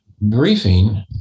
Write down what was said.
briefing